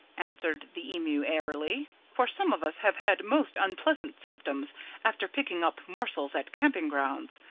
answered the emu airily, for some of us have had most unpleasant symptoms after picking up morsels at camping grounds.